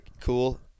Cool